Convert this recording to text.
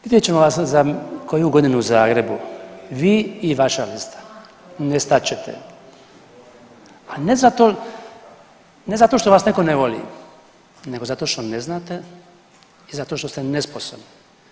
Vidjet ćemo vas za koju godinu u Zagrebu, vi i vama lista nestat ćete, a ne zato, ne zato što vas netko ne voli nego zato što ne znate i zato što ste nesposobni.